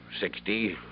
Sixty